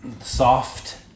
soft